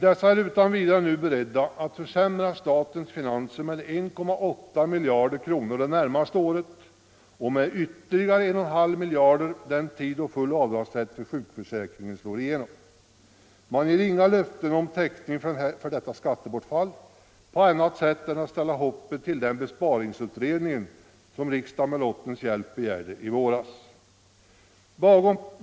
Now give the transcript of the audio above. Dessa är nu utan vidare beredda att försämra statens finanser med 1,8 miljarder kronor det närmaste året och med ytterligare 1,5 miljarder den tid då full avdragsrätt för sjukförsäkringsavgiften slår igenom. Man ger inga löften om täckning för detta skattebortfall på annat sätt än att ställa hoppet till den besparingsutredning som riksdagen med lottens hjälp begärde i våras.